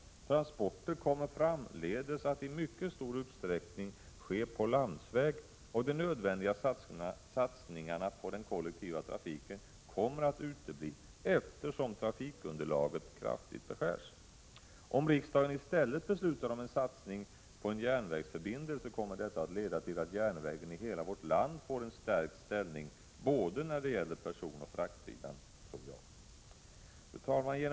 Transporterna kommer framdeles att i mycket stor utsträckning ske på landsväg. De nödvändiga satsningarna på den kollektiva trafiken kommer att utebli, eftersom trafikunderlaget kraftigt beskärs. Om riksdagen i stället beslutar om en satsning på en järnvägsförbindelse, kommer det att leda till att järnvägen i hela vårt land får en starkare ställning både när det gäller persontrafiken och när det gäller frakterna. Fru talman!